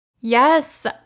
yes